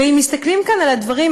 ואם מסתכלים כאן על הדברים,